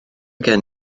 gen